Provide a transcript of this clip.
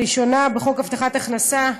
בחוק הבטחת הכנסה,